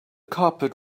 carpet